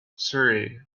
surrey